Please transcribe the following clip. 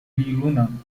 ویرونم